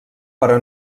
però